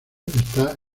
esta